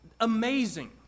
amazing